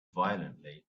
violently